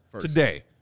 today